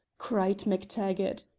cried mactaggart.